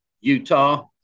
Utah